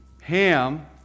Ham